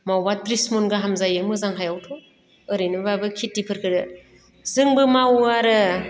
मावबा थ्रिसमन गाहाम जायो मोजां हायावथ' ओरैनोबाबो खेथिफोरखौ जोंबो मावो आरो